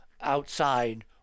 outside